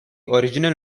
original